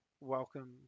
Welcome